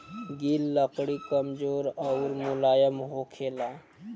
गिल लकड़ी कमजोर अउर मुलायम होखेला